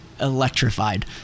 electrified